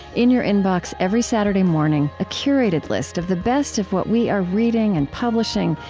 in your inbox every saturday morning a curated list of the best of what we are reading and publishing,